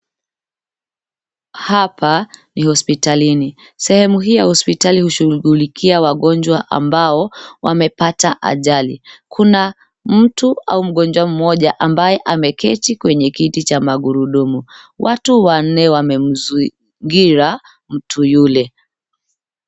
Hapa ni hospitalini, sehemu hii ya hospitali hushughulikia wagonjwa ambao wamepata ajali. Kuna mtu au mgonjwa mmoja ambaye ameketi kwenye kiti cha magurudumu .Watu wanne wamemzingira mtu yule.